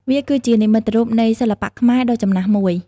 វាគឺជានិមិត្តរូបនៃសិល្បៈខ្មែរដ៏ចំណាស់មួយ។